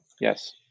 Yes